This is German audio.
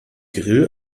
grill